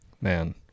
Man